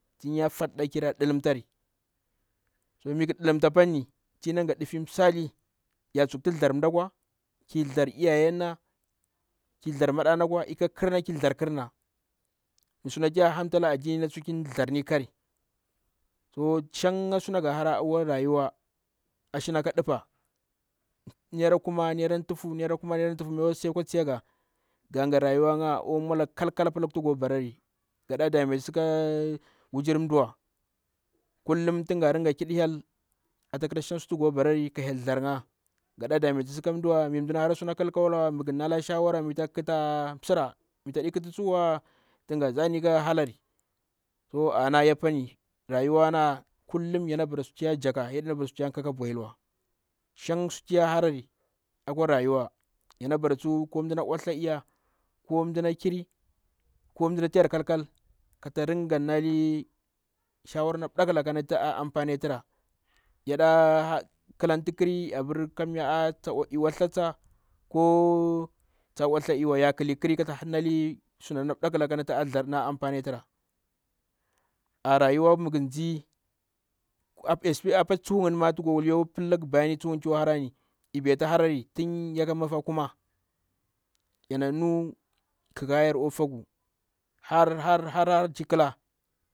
Tim ya fatiɗa kira nɗilimtari so mi nɗilimta paani tin yanagha nɗufi msali. Ya tsokti thdyar mdakwa, ki thadjar iyayenna kithzdgr maɗana kwa ikakhir na ki thzdajr khirna, mmi sutuya hamta la adinna ki thzdajr ni khikar; so shanga suna ti gha hara akwa rayuwa ashina ka nupə naira kuma, naira tuhfu, naira kuma, naira tuhfu akwa sai kwa tsiyaga ga gha rayuwa nga oa mwala ga kal kal apa laktu go parari. Gaɗa dame tusikaa wujirin mda wa. Kullum tin ga ringa kiɗi hyel atakra shan sutu go barari ka hyel thzdajr nga. Gaɗa dame tusi kamdu mi mdana hara kalkalwa mighu na shawara mi takhi khita msira mitadi khitu tsuwa tinga shjani ka halari. So ana yapani rayuwana kullum yana bara sutuya jakha yaɗe na bara sutu yaka ka bwahilwa. Shan sutu ya harari yana bara ko mdana oltstha iya ko mdana kiri ko mdati yar kal kal, ataringa nali shawara na mbda kulaka natu a ampane tura yaɗa khi lantu khiri abur aah loltstha tsa ko tsa oltshba iey wa. Ya kli- khiri suna mbdakhilaka na a anfane tura. A rayuwa mighu ndze appatsu ngni bayani sungni tu yakwa harari ibaitu tum mifah kuma, yana nuu kikha yaruu oa faku har har ti khila.